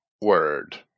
word